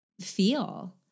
feel